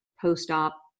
post-op